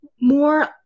more